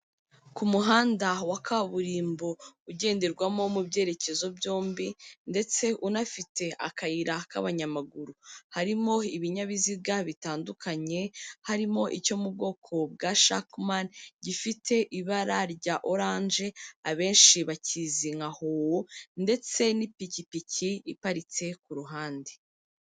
Ku muhanda wa kaburimbo ugenderwamo mu byerekezo byombi ndetse unafite akayira k'abanyamaguru, harimo ibinyabiziga bitandukanye, harimo icyo mu bwoko bwa shakimani gifite ibara rya oranje, abenshi bakizi nka howo ndetse n'ipikipiki iparitse ku ruhande.